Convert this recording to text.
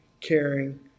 caring